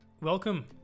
Welcome